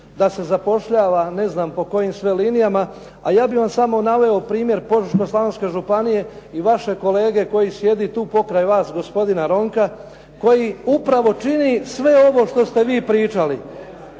da se zapošljava ne znam po kojim sve linijama. A ja bih vam samo naveo primjer Požeško-slavonske županije i vašeg kolege koji sjedi tu pokraj vas, gospodina Ronka, koji upravo čini sve ovo što ste vi pričali.